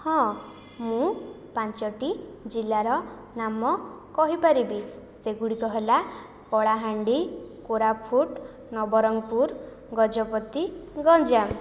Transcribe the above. ହଁ ମୁଁ ପାଞ୍ଚଟି ଜିଲ୍ଲାର ନାମ କହିପାରିବି ସେଗୁଡ଼ିକ ହେଲା କଳାହାଣ୍ଡି କୋରାପୁଟ ନବରଙ୍ଗପୁର ଗଜପତି ଗଞ୍ଜାମ